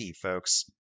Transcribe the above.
folks